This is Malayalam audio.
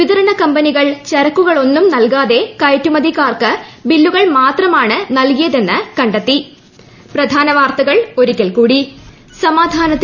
വിതരണ കമ്പനികൾ ചരക്കുകളൊന്നും നൽകാതെ കയറ്റുമതിക്കാർക്ക് ബില്ലുകൾ മാത്രമാണ് നൽകിയതെന്ന് കണ്ടെത്തി